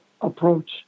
approach